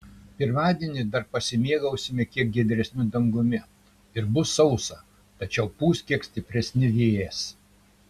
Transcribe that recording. pirmadienį dar pasimėgausime kiek giedresniu dangumi ir bus sausa tačiau pūs kiek stipresni vėjas